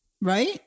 right